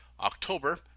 October